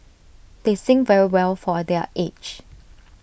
they sing very well for A their age